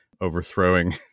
overthrowing